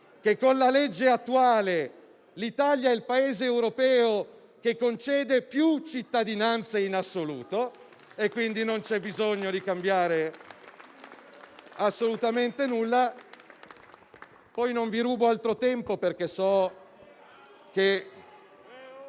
che con la legge attuale l'Italia è il Paese europeo che concede più cittadinanza in assoluto. Non c'è bisogno quindi di cambiare assolutamente nulla. Non vi rubo altro tempo, perché stasera